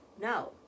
No